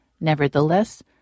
Nevertheless